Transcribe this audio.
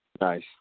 Nice